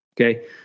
okay